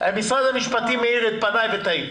משרד המשפטים האיר את פניי וטעיתי.